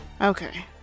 Okay